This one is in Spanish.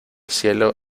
cielo